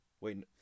Wait